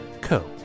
co